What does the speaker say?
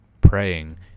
praying